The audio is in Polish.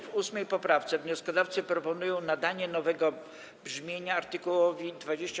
W 8. poprawce wnioskodawcy proponują nadanie nowego brzmienia art. 27b.